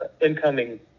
incoming